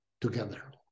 together